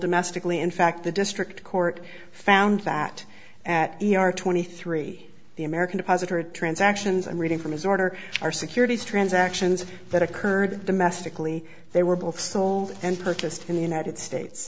domestically in fact the district court found that at e r twenty three the american depository transactions and reading from his order are securities transactions that occurred domestically they were both sold and purchased in the united states